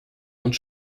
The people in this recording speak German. und